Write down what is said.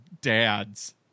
dads